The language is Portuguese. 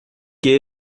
que